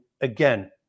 again